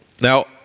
Now